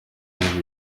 nk’ibi